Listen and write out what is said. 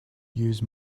use